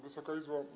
Wysoka Izbo!